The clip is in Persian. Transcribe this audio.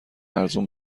ارزون